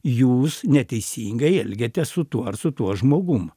jūs neteisingai elgiatės su tuo ar su tuo žmogum